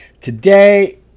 today